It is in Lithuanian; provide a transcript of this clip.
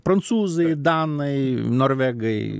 prancūzai danai norvegai